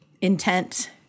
intent